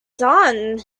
done